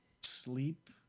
sleep